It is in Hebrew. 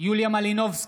יוליה מלינובסקי,